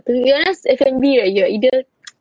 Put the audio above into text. if you ask ah F&B you are either